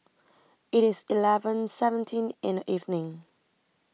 IT IS eleven seventeen in The evening